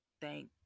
thank